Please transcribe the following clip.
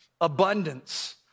abundance